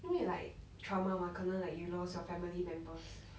因为 like trauma mah 可能 like you lost your family members